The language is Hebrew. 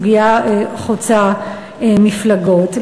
סוגיה חוצה מפלגות.